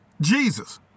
Jesus